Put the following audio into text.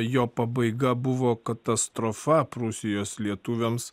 jo pabaiga buvo katastrofa prūsijos lietuviams